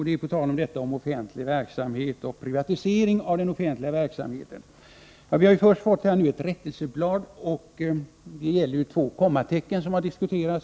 Den gäller frågan om offentlig verksamhet och privatisering av den. Vi har nu fått ett rättelseblad med anledning av två felaktigt utsatta kommatecken.